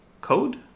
code